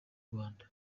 rwanda